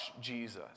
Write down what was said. Jesus